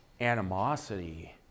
animosity